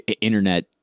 internet